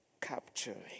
Capturing